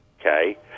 okay